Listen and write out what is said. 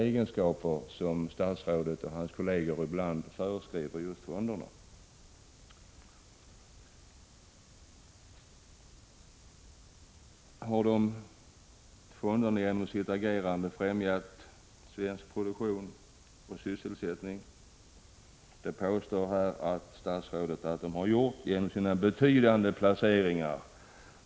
Både de anställda och företagen får bara vara med och betala. Har fonderna genom sitt agerande främjat svensk produktion och sysselsättning? Det påstår statsrådet att de har gjort ”genom sina betydande placeringar”.